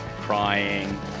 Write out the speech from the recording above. crying